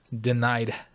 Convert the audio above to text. denied